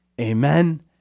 Amen